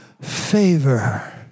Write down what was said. favor